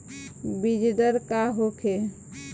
बीजदर का होखे?